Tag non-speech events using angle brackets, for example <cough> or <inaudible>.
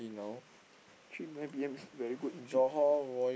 <noise> three to nine P_M is very good